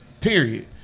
period